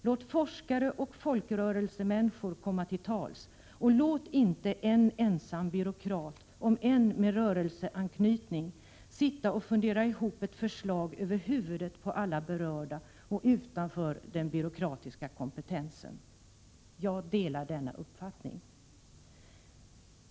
Låt forskare och folkrörelsemänniskor komma till tals, och låt inte en ensam byråkrat, om än med ”rörelseanknytning” sitta och fundera ihop ett förslag över huvudet på alla berörda och utanför den byråkratiska kompetensen.” Jag delar denna uppfattning.